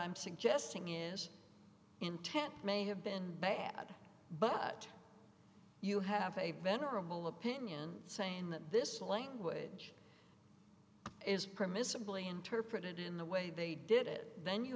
i'm suggesting is intent may have been bad but you have a venerable opinion saying that this language is permissibly interpret it in the way they did it then you